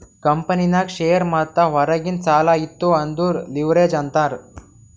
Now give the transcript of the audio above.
ಕಂಪನಿನಾಗ್ ಶೇರ್ ಮತ್ತ ಹೊರಗಿಂದ್ ಸಾಲಾ ಇತ್ತು ಅಂದುರ್ ಲಿವ್ರೇಜ್ ಅಂತಾರ್